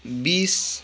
बिस